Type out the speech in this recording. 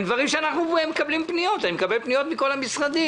דברים שאנחנו מקבלים פניות מכל המשרדים.